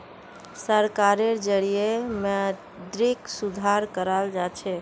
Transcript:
सरकारेर जरिएं मौद्रिक सुधार कराल जाछेक